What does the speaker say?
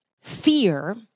fear